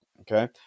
Okay